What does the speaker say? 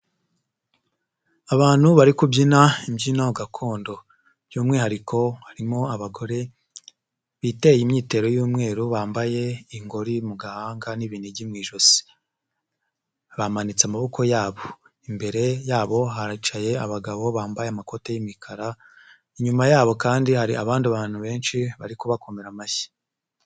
Abantu bari kubyina imbyino gakondo by'umwihariko harimo abagore biteye imyitero y'umweru, bambaye ingori mu gahanga n'ibingi mu ijosi, bamanitse amaboko yabo, imbere yabo hicaye abagabo bambaye amakote y'imikara, inyuma yabo kandi hari abandi bantu benshi bari kubakomera amashyi.